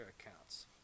accounts